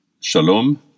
Shalom